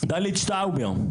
ודלית שטאובר,